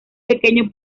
pequeño